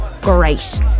great